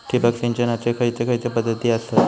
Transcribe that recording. ठिबक सिंचनाचे खैयचे खैयचे पध्दती आसत?